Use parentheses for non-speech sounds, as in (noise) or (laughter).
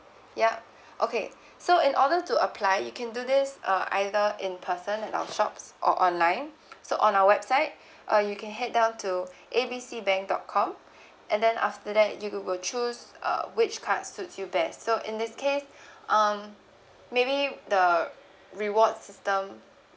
yup okay so in order to apply you can do this uh either in person at our shops or online (breath) so on our website uh you can head down to A B C bank dot com and then after that you will choose uh which card suits you best so in this case (breath) um maybe the reward system